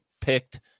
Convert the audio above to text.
picked